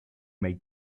may